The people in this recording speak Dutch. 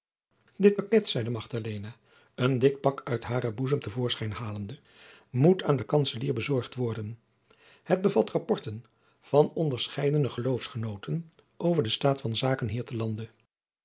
dit paket zeide magdalena een dik pak uit haren boezem te voorschijn halende moet aan den kantzelier bezorgd worden het bevat rapjacob van lennep de pleegzoon porten van onderscheidene geloofsgenooten over den staat van zaken hier te lande